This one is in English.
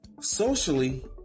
Socially